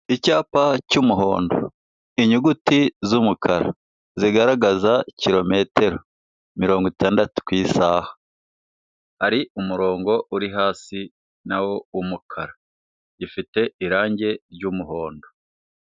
Icyapa cy'umuhondo, inyuguti z'umukara zigaragaza kilometero mirongo itandatu ku isaha, hari umurongo uri hasi na wo w'umukara, ifite irangi ry'umuhondo.